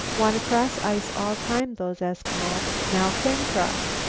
wanna cross ice all time, those eskimo. now can cross.